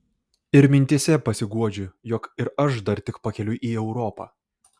ir mintyse pasiguodžiu jog ir aš dar tik pakeliui į europą